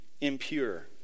impure